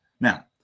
now